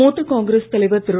மூத்த காங்கிரஸ் தலைவர் திரு